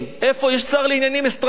איפה יש שר לעניינים אסטרטגיים?